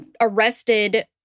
arrested